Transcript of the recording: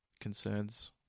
concerns